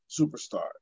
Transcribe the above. superstars